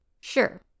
Sure